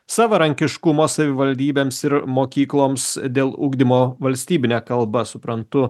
savarankiškumo savivaldybėms ir mokykloms dėl ugdymo valstybine kalba suprantu